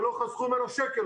ולא חסכו ממנו שקל,